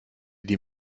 die